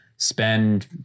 spend